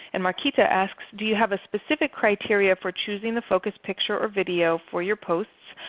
and marquita asks, do you have a specific criteria for choosing the focus picture or video for your posts?